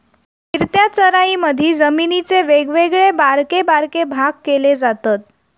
फिरत्या चराईमधी जमिनीचे वेगवेगळे बारके बारके भाग केले जातत